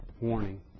warning